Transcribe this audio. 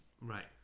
Right